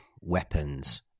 weapons